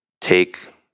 take